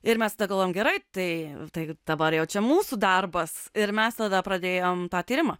ir mes galėjom gerai tai tai dabar jau čia mūsų darbas ir mes tada pradėjom tą tyrimą